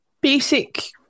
basic